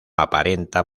aparenta